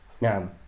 Now